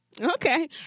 okay